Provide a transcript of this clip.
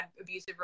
abusive